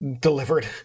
delivered